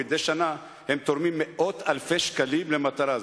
ומדי שנה הם תורמים מאות אלפי שקלים למטרה זו,